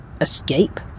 escape